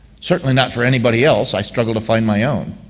certainly not for anybody else. i struggle to find my own.